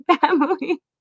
family